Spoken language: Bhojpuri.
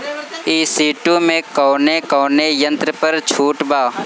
ई.सी टू मै कौने कौने यंत्र पर छुट बा?